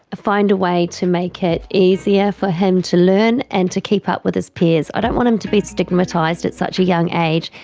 find a way to make it easier for him to learn and to keep up with his peers. i don't want him to be stigmatised at such a young age,